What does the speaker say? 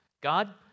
God